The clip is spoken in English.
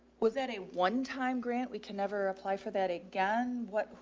was that a one time grant? we can never apply for that again. what,